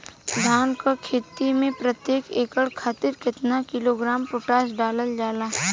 धान क खेती में प्रत्येक एकड़ खातिर कितना किलोग्राम पोटाश डालल जाला?